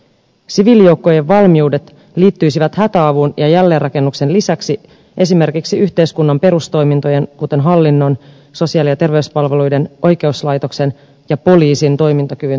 siviilijoukkojen valmiudet liittyisivät hätäavun ja jälleenrakennuksen lisäksi esimerkiksi yhteiskunnan perustoimintojen kuten hallinnon sosiaali ja terveyspalveluiden oikeuslaitoksen ja poliisin toimintakyvyn turvaamiseen